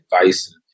advice